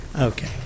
Okay